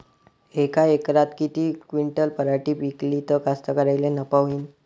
यका एकरात किती क्विंटल पराटी पिकली त कास्तकाराइले नफा होईन?